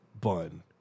bun